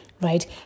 right